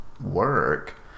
work